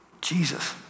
Jesus